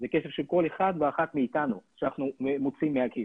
זה כסף של כל אחד ואחת מאיתנו שאנחנו מוציאים מהכיס,